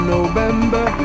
November